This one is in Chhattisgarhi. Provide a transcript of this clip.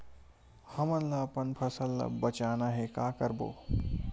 हमन ला अपन फसल ला बचाना हे का करबो?